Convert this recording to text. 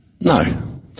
No